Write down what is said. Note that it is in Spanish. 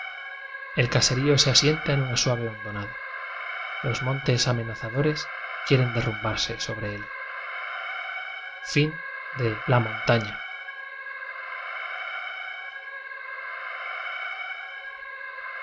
el caserío se asienta en una suave hon donada los montes amenazadores quie ren derrumbarse sobre él